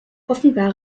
offenbar